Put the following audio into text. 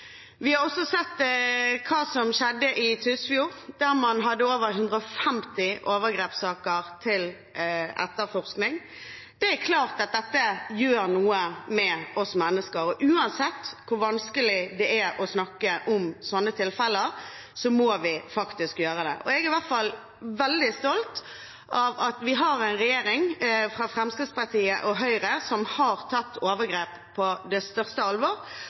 Vi har også sett hva som skjedde i Tysfjord, der man hadde over 150 overgrepssaker til etterforskning. Det er klart at dette gjør noe med oss mennesker. Uansett hvor vanskelig det er å snakke om sånne tilfeller, må vi faktisk gjøre det. Jeg er i hvert fall veldig stolt av at vi har en regjering fra Fremskrittspartiet og Høyre som har tatt overgrep på det største alvor,